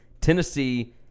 Tennessee